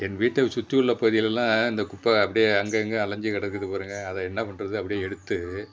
என் வீட்டை சுற்றியுள்ள பகுதியிலெல்லாம் இந்த குப்பை அப்படியே அங்கங்கே அலஞ்சு கிடக்குது பாருங்கள் அத என்ன பண்ணுறது அப்படியே எடுத்து